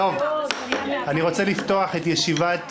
מתכבד לפתוח את ישיבת